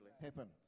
happen